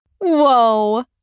whoa